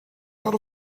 out